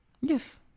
Yes